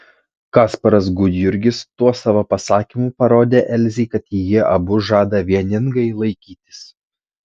kasparas gudjurgis tuo savo pasakymu parodė elzei kad jie abu žada vieningai laikytis